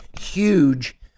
Huge